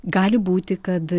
gali būti kad